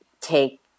take